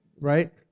right